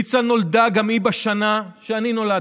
ניצה נולדה גם היא בשנה שאני נולדתי,